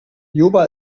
juba